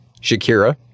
Shakira